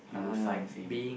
um being